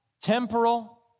temporal